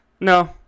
No